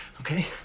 okay